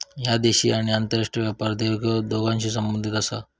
ह्या देशी आणि आंतरराष्ट्रीय व्यापार देवघेव दोन्हींशी संबंधित आसा